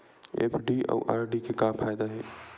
FD अउ RD के का फायदा हे?